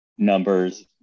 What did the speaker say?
numbers